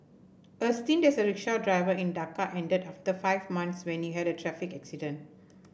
a stint as a rickshaw driver in Dhaka ended after five months when he had a traffic accident